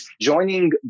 joining